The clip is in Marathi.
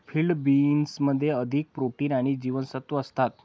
फील्ड बीन्समध्ये अधिक प्रोटीन आणि जीवनसत्त्वे असतात